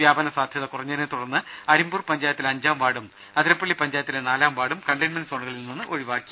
വ്യാപന സാധ്യത കുറഞ്ഞതിനെ തുടർന്ന് അരിമ്പൂർ പഞ്ചായത്തിലെ അഞ്ചാം വാർഡും അതിരപ്പള്ളി പഞ്ചായത്തിലെ നാലാം വാർഡും കണ്ടെയ്ൻമെന്റ് സോണുകളിൽ നിന്ന് ഒഴിവാക്കി